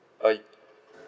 uh